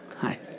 hi